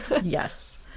Yes